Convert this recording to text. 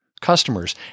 customers